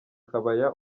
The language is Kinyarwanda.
kabaya